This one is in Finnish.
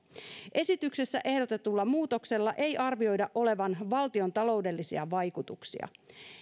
esityksessä ehdotetulla muutoksella ei arvioida olevan valtiontaloudellisia vaikutuksia